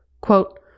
Quote